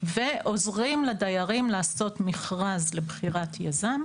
ועוזרים לדיירים לעשות מכרז לבחירת יזם.